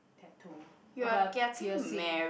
tattoo uh but piercing